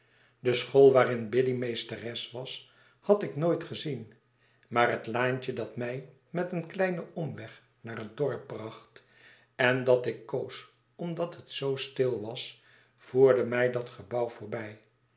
de school waarin biddy meesteres was had ik nooit gezien maar het laantje dat mij met een kleinen omweg naar het dorp bracht en dat ik koos omdat het zoo stil was voerde mij dat gebouw voorbij